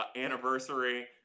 anniversary